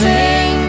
Sing